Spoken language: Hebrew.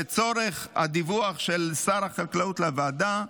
לצורך הדיווח של שר החקלאות לוועדה,